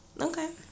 okay